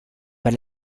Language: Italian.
per